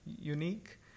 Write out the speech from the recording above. unique